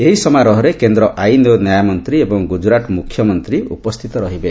ଏହି ସମାରୋହରେ କେନ୍ଦ୍ର ଆଇନ୍ ଓ ନ୍ୟାୟ ମନ୍ତ୍ରୀ ଏବଂ ଗୁଜରାଟ ମୁଖ୍ୟମନ୍ତ୍ରୀ ଉପସ୍ଥିତ ରହିବେ